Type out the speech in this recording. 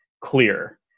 clear